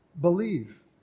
believe